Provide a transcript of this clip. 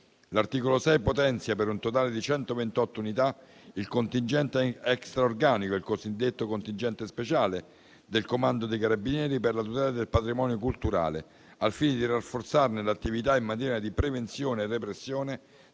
L'articolo 6 potenzia, per un totale di 128 unità, il contingente extra-organico, il cosiddetto contingente speciale del Comando dei carabinieri per la tutela del patrimonio culturale, al fine di rafforzarne l'attività in materia di prevenzione e repressione